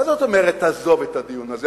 מה זאת אומרת, תעזוב את הדיון הזה?